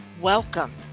Welcome